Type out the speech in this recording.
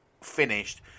finished